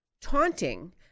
taunting